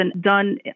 done